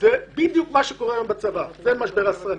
זה בדיוק מה שקורה היום בצבא, זה בעניין הסרנים.